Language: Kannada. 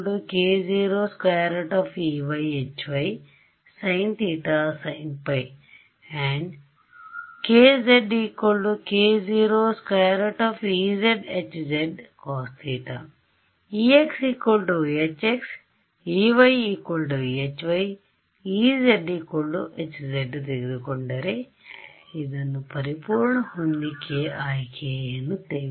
ex hx ey hy ez hz ತೆಗೆದುಕೊಡರೆ ಇದನ್ನು ಪರಿಪೂರ್ಣ ಹೊಂದಿಕೆ ಆಯ್ಕೆ ಎನ್ನುತ್ತೇವೆ